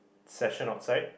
session outside